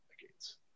decades